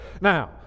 now